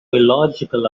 illogical